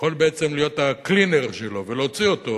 שיכול בעצם להיות ה-cleaner שלו ולהוציא אותו,